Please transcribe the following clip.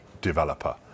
developer